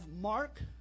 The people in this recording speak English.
mark